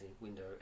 Window